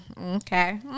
Okay